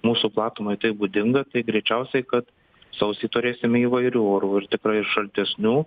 mūsų platumai tai būdinga tai greičiausiai kad sausį turėsime įvairių orų ir tikrai šaltesnių